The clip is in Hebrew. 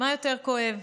מה יותר כואב?